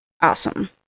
awesome